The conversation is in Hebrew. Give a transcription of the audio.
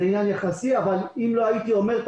זה עניין יחסי אבל אם לא הייתי אומר את